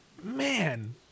Man